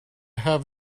have